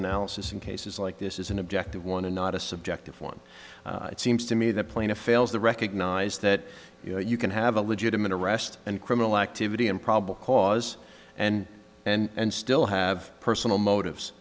analysis in cases like this is an objective one and not a subjective one it seems to me that plaintiff fails the recognize that you can have a legitimate arrest and criminal activity and probable cause and and still have personal motives